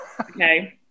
Okay